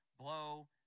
blow